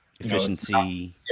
efficiency